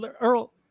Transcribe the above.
Earl